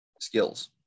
skills